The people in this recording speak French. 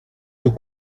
fut